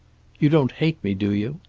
you don't hate me, do you?